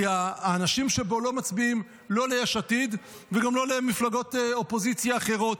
כי האנשים שבו לא מצביעים לא ליש עתיד וגם לא למפלגות אופוזיציה אחרות.